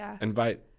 invite